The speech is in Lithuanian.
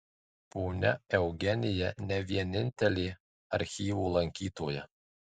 ponia eugenija ne vienintelė archyvo lankytoja